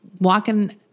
walking